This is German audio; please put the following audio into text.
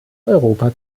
europa